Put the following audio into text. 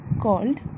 called